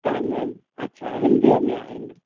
कोन आहिनि अच्छा हिंदीअ में आहिनि